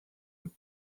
eux